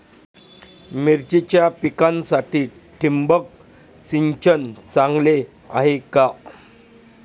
मिरचीच्या पिकासाठी ठिबक सिंचन चांगले आहे का?